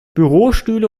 bürostühle